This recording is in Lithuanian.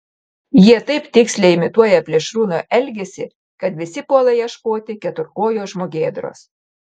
jie taip tiksliai imituoja plėšrūno elgesį kad visi puola ieškoti keturkojo žmogėdros